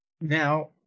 now